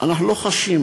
אנחנו לא חשים,